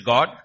God